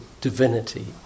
divinity